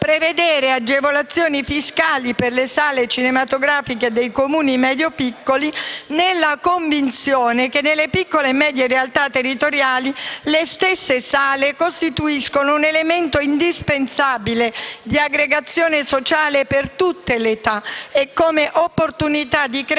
prevedere agevolazioni fiscali per le sale cinematografiche dei Comuni medio-piccoli, nella convinzione che nelle piccole e medie realtà territoriali le stesse sale costituiscano un elemento indispensabile di aggregazione sociale per tutte le età, come opportunità di crescita